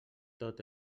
tot